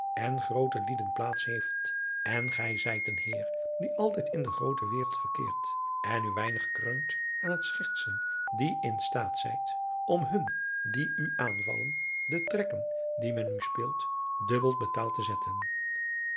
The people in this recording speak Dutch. en groote lieden plaats heeft en gij zijt een heer die altijd in de groote wereld verkeert en u weinig kreunt aan het schertsen die in staat zijt om hun die u aanvallen de trekken die men u speelt dubbeld betaald te zetten